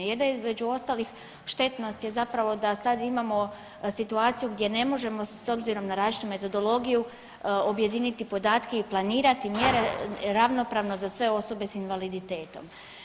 Jedna između ostalih štetnost je zapravo da sad imamo situaciju gdje ne možemo s obzirom na različitu metodologiju objediniti podatke i planirati mjere ravnopravno za sve osobe sa invaliditetom.